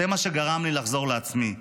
זה מה שגרם לי לחזור לעצמי.